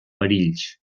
perills